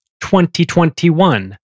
2021